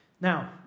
Now